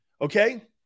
okay